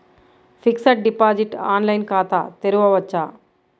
Fixed deposit online ఖాతా తెరువవచ్చా?